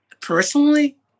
personally